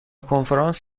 کنفرانس